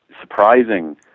surprising